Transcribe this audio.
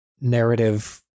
narrative